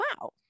Wow